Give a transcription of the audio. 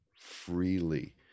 freely